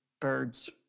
birds